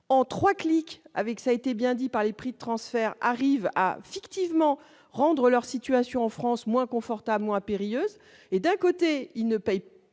en 3 clics avec ça a été bien dit par les prix transfert arrive à fictivement rendre leur situation en France moins confortable moins périlleuse et d'un côté il ne paye